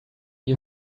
you